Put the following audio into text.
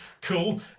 cool